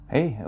Hey